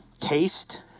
taste